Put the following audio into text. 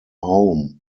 home